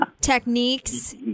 techniques